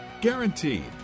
Guaranteed